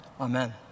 Amen